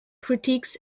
critiques